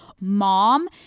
Mom